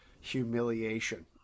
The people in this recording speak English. humiliation